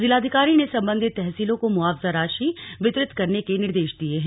जिलाधिकारी ने संबंधित तहसीलों को मुआवजा राशि वितरित करने के निर्देश दिये हैं